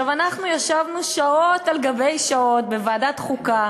אנחנו ישבנו שעות על גבי שעות בוועדת חוקה